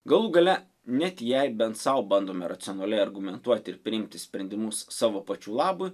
galų gale net jei bent sau bandome racionaliai argumentuoti ir priimti sprendimus savo pačių labui